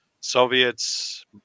Soviets